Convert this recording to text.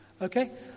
Okay